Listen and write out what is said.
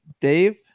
Dave